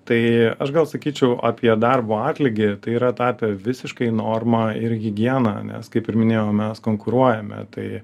tai aš gal sakyčiau apie darbo atlygį tai yra tapę visiškai norma ir higiena nes kaip ir minėjau mes konkuruojame tai